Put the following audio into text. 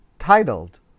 titled